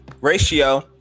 ratio